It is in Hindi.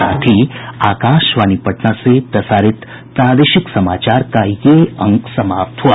इसके साथ ही आकाशवाणी पटना से प्रसारित प्रादेशिक समाचार का ये अंक समाप्त हुआ